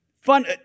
fun